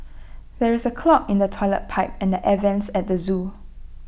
there is A clog in the Toilet Pipe and the air Vents at the Zoo